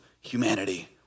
humanity